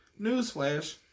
Newsflash